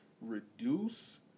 reduce